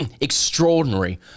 Extraordinary